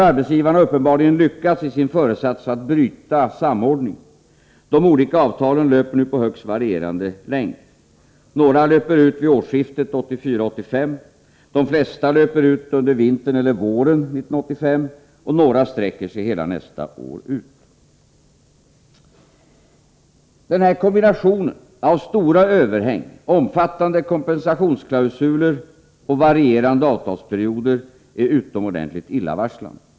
Arbetsgivarna har uppenbarligen lyckats i sin föresats att bryta samordningen. Löptiden för de olika avtalen är högst varierande. Några löper ut vid årsskiftet 1984-1985. De flesta löper ut under vintern eller våren 1985, och några sträcker sig över hela nästa år. Den här kombinationen av stora överhäng, omfattande kompensationsklausuler och varierande avtalsperioder är utomordentligt illavarslande.